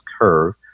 curve